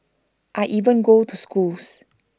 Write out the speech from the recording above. I even go to schools